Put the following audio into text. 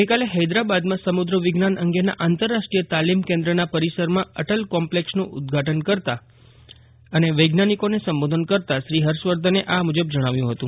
આજે હૈદરાબાદમાં સમુદ્ર વિજ્ઞાન અંગેના આંતરરાષ્ટ્રીય તાલીમ કેન્દ્રના પરિસરમાં અટલ કોમ્પ્લેક્ષનું ઉદ્દઘાટન કરતા અને વૈજ્ઞાનિકોને સંબોધન કરતા શ્રી હર્ષવર્ધને આ મુજબ જજાવ્યું હતું